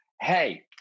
hey